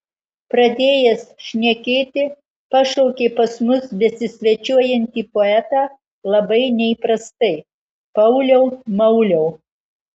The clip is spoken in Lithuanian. pradėjęs šnekėti pašaukė pas mus besisvečiuojantį poetą labai neįprastai pauliau mauliau